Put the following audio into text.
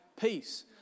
peace